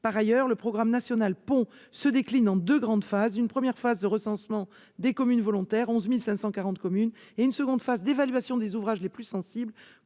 Par ailleurs, le programme national Ponts se décline en deux grandes phases : une première phase de recensement des communes volontaires- 11 540 communes -et une seconde phase d'évaluation des ouvrages les plus sensibles-